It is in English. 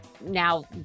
now